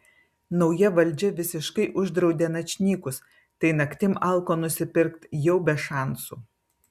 nauja valdžia visiškai uždraudė načnykus tai naktim alko nusipirkt jau be šansų